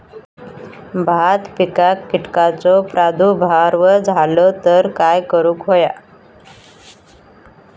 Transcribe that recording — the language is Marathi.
भात पिकांक कीटकांचो प्रादुर्भाव झालो तर काय करूक होया?